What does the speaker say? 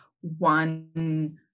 one